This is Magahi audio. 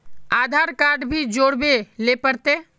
आधार कार्ड भी जोरबे ले पड़ते?